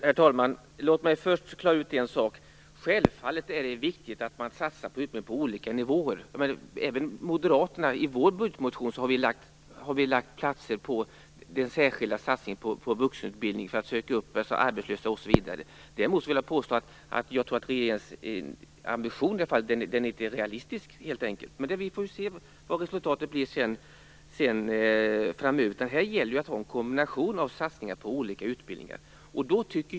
Herr talman! Självfallet är det viktigt att satsa på utbildning på olika nivåer. Även vi moderater har i vår budgetmotion avsatt platser för den särskilda satsningen på vuxenutbildning, för att söka upp arbetslösa osv. Däremot tror jag att regeringens ambition helt enkelt inte är realistisk, men vi får väl se vad resultatet blir framöver. Här gäller det att ha en kombination av satsningar på olika utbildningar.